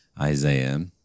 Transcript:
Isaiah